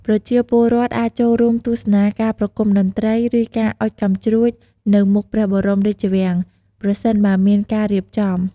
ប្រជាពលរដ្ឋអាចចូលរួមទស្សនាការប្រគំតន្ត្រី ឬការអុជកាំជ្រួចនៅមុខព្រះបរមរាជវាំង ប្រសិនបើមានការរៀបចំ។